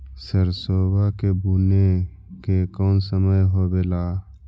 सरसोबा के बुने के कौन समय होबे ला?